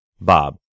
Bob